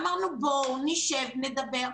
אמרנו, בואו נשב, נדבר.